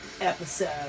episode